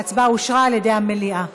ההצעה אושרה על ידי המליאה.